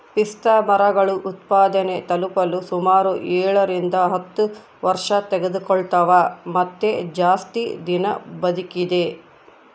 ಪಿಸ್ತಾಮರಗಳು ಉತ್ಪಾದನೆ ತಲುಪಲು ಸುಮಾರು ಏಳರಿಂದ ಹತ್ತು ವರ್ಷತೆಗೆದುಕೊಳ್ತವ ಮತ್ತೆ ಜಾಸ್ತಿ ದಿನ ಬದುಕಿದೆ